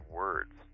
words